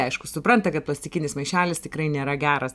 aišku supranta kad plastikinis maišelis tikrai nėra geras